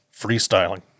freestyling